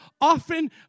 often